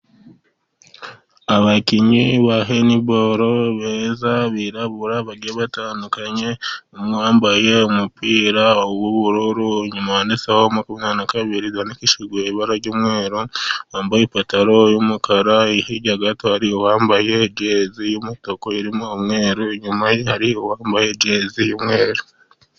Abakinnyi ba hendiboro beza birabura bagiye batandukanye, umwe wambaye umupira w'ubururu inyuma wanditseho makumyabiri na kabiri, byandikishijwe ibara ry'umweru, wambaye ipantaro y'umukara. Hirya gato hari uwambaye jezi y'umutuku irimo umweru, inyuma hari uwambaye jezi y'umweru.